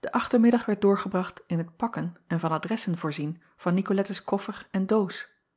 e achtermiddag werd doorgebracht in het pakken en van adressen voorzien van icolettes koffer en doos